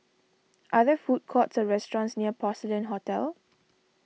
are there food courts or restaurants near Porcelain Hotel